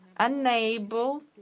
unable